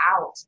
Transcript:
out